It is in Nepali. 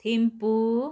थिम्पू